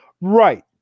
Right